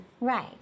Right